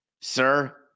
sir